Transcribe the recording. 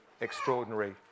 extraordinary